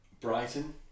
Brighton